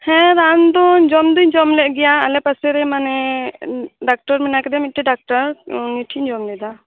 ᱦᱮᱸ ᱨᱟᱱ ᱫᱚ ᱡᱚᱢ ᱫᱚᱧ ᱡᱚᱢ ᱞᱮᱫ ᱜᱮᱭᱟ ᱟᱞᱮ ᱯᱟᱥᱮ ᱨᱮ ᱢᱟᱱᱮ ᱰᱟᱠᱛᱚᱨ ᱢᱮᱱᱟᱜ ᱟᱠᱟᱫᱮᱭᱟ ᱢᱤᱫᱴᱮᱱ ᱰᱟᱠᱛᱟᱨ ᱩᱱᱤ ᱴᱷᱮᱱ ᱤᱧ ᱡᱚᱢ ᱞᱮᱫᱟ